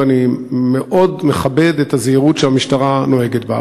ואני מאוד מכבד את הזהירות שהמשטרה נוהגת בה.